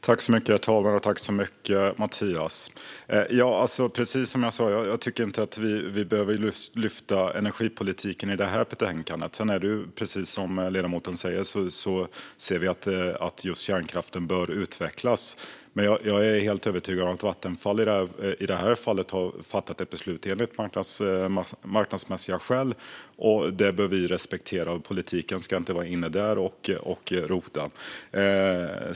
Herr talman! Som sagt tycker jag inte att vi behöver lyfta fram energipolitiken i det här betänkandet. Precis som ledamoten säger bör kärnkraften utvecklas. Men jag är helt övertygad om att Vattenfall i det här fallet har fattat beslut på marknadsmässiga grunder. Det bör vi respektera. Politiken ska inte vara inne där och rota.